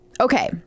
Okay